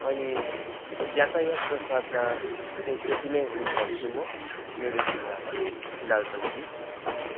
अनि यातायातको साधन चाहिँ यति नै हुन् भन्छु म मेरो जिल्लामा फिलहालको लागि